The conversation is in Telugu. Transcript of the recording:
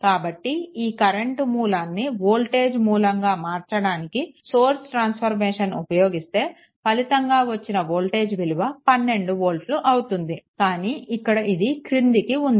కాబట్టి ఈ కరెంట్ మూలాన్ని వోల్టేజ్ మూలంగా మార్చడానికి సోర్స్ ట్రాన్స్ఫర్మేషన్ ఉపయోగిస్తే ఫలితంగా వచ్చిన వోల్టేజ్ విలువ 12 వోల్ట్లు అవుతుంది కానీ ఇక్కడ ఇది క్రిందికి ఉంది